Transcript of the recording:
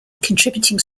contributing